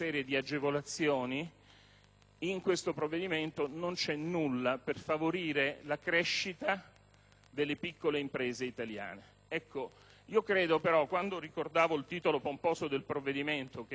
in questo provvedimento non c'è nulla per favorire la crescita delle piccole imprese italiane. Quando ricordavo il titolo pomposo del disegno di legge che nasce da una crisi mondiale,